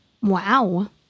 Wow